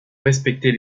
respecter